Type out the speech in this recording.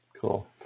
Cool